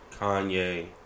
Kanye